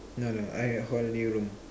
no no I at holding room